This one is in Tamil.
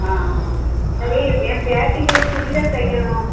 ஆஆஆ சரி என் பேத்திக்கு ஒரு சுடிதார் தைக்கணும்